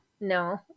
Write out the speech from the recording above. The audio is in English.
No